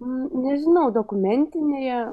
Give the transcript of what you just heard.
nežinau dokumentinėje